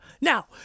Now